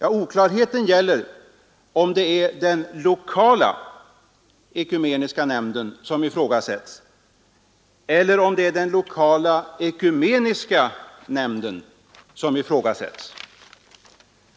Oklarheten gäller om det är den lokala ekumeniska nämnden som ifrågasätts eller om det är den lokala ekumeniska nämnden som ifrågasätts.